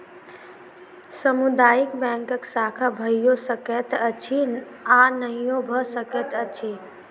सामुदायिक बैंकक शाखा भइयो सकैत अछि आ नहियो भ सकैत अछि